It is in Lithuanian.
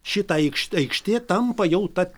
šita aikšt aikštė tampa jau ta